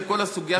כל הסוגיה,